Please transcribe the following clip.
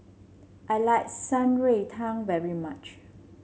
I like Shan Rui Tang very much